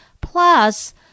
plus